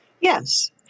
Yes